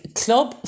club